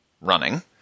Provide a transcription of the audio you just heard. running